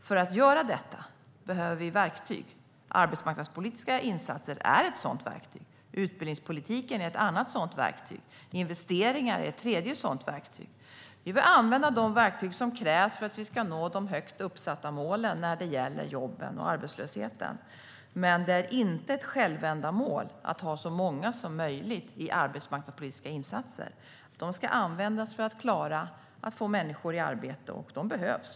För att göra detta behöver vi verktyg. Arbetsmarknadspolitiska insatser är ett sådant verktyg. Utbildningspolitiken är ett annat sådant verktyg. Investeringar är ett tredje sådant verktyg. Vi behöver använda de verktyg som krävs för att vi ska nå de högt uppsatta målen när det gäller jobben och arbetslösheten. Men det är inte ett självändamål att ha så många som möjligt i arbetsmarknadspolitiska insatser. Dessa insatser ska användas för att man ska klara att få människor i arbete, och de behövs.